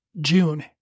June